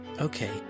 Okay